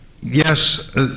yes